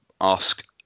ask